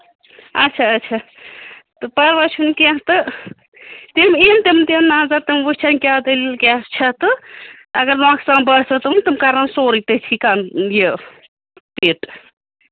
اَچھا اَچھا تہٕ پَرواے چھُنہٕ کیٚنٛہہ تہٕ تِم یِنۍ تِم دِنۍ نَظر تِم وُچھن کیٛاہ دٔلیل کیٛاہ چھےٚ تہٕ اَگر نۄقصان باسٮ۪و تہٕ تِم کَرن سورُے تٔتھٕے کَرن یہِ فِٹ